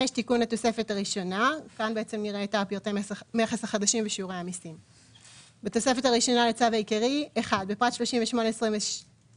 תיקון 5. בתוספת הראשונה לצו העיקרי - התוספת הראשונה בפרט 38.24,